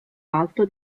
alto